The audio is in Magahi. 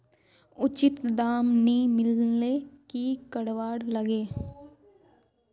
उचित दाम नि मिलले की करवार लगे?